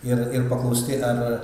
ir ir paklausti ar